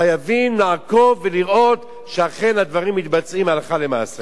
חייבים לעקוב ולראות שאכן הדברים מתבצעים הלכה למעשה.